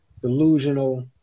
delusional